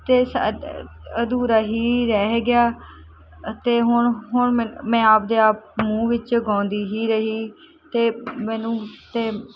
ਅਤੇ ਸ ਅਧੂਰਾ ਹੀ ਰਹਿ ਗਿਆ ਅਤੇ ਹੁਣ ਹੁਣ ਮੈਂ ਮੈਂ ਆਪਦੇ ਆਪ ਮੂੰਹ ਵਿੱਚ ਗਾਉਂਦੀ ਹੀ ਰਹੀ ਅਤੇ ਮੈਨੂੰ ਅਤੇ